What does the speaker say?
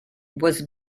was